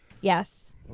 yes